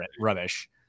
Rubbish